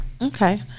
okay